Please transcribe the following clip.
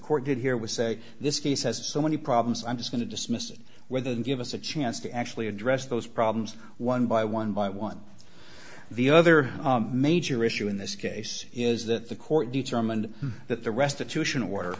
court did here was say this case has so many problems i'm just going to dismiss it whether they give us a chance to actually address those problems one by one by one the other major issue in this case is that the court determined that the restitution order